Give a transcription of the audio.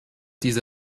diese